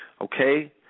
Okay